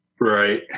Right